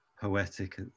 poetic